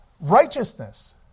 righteousness